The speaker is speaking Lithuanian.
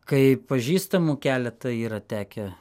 kai pažįstamų keletą yra tekę